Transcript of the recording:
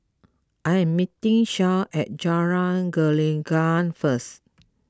I am meeting Shay at Jalan Gelenggang first